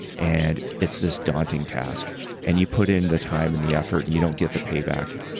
and it's this daunting task and you put in the time and the effort, and you don't get the payback.